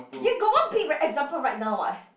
give got one big example right now what